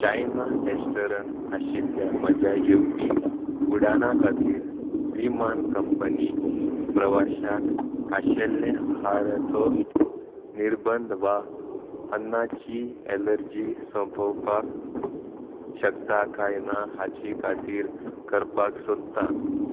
China Eastern आशिल्ल्या म्हज्या येवपी उडाना खातीर विमान कंपनी प्रवाशाक खाशेल्ले आहाराचो निर्बंद वा अन्नाची एलर्जी सोंपोवपाक शकता काय ना हाची खात्री करपाक सोदता